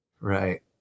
Right